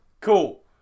Cool